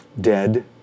Dead